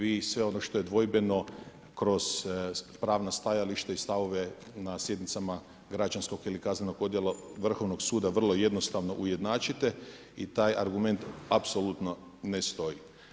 Vi sve ono što je dvojbeno, kroz pravna stajališta i stavove na sjednicama građanskog ili kaznenog odjela vrhovnog suda vrlo jednostavno ujednačite i taj argument apsolutno ne stoji.